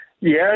Yes